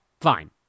fine